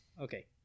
Okay